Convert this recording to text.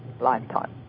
lifetime